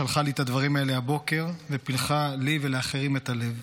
שלחה לי את הדברים האלה הבוקר ופילחה לי ולאחרים את הלב.